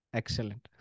excellent